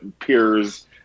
peers